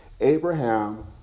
Abraham